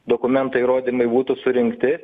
dokumentai įrodymai būtų surinkti